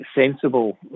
sensible